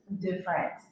different